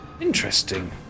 interesting